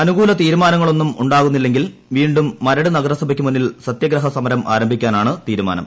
അനുകൂല തീരുമാനങ്ങളൊന്നും ഉണ്ടാകുന്നില്ലെങ്കിൾ വീണ്ടും മരട് നഗരസഭയ്ക്ക് മുന്നിൽ സത്യഗ്രഹ സമരം ആരംഭിക്കാനാണ് തീരുമാനം